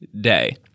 day